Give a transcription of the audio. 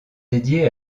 dédiées